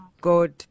God